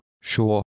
sure